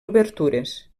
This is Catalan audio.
obertures